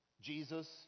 Jesus